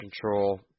control